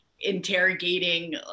interrogating